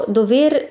dover